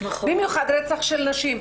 במיוחד רצח של נשים.